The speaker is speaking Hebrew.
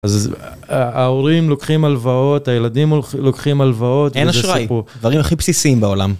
אז ההורים לוקחים הלוואות, הילדים לוקחים הלוואות אין אשראי, הדברים הכי בסיסיים בעולם